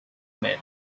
men